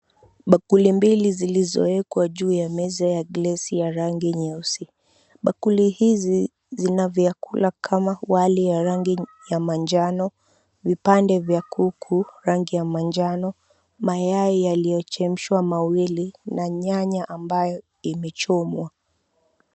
Bakuli mbili zilizowekwa juu ya meza ya glasi ya rangi nyeusi. Bakuli hizi zina vyakula kama wali ya rangi ya manjano, vipande vya kuku rangi ya manjano, mayai yaliyochemshwa mawili na nyanya ambayo imechomwa.